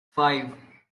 five